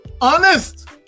honest